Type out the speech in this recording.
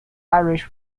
irish